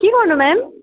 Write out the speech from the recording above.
के गर्नु मेम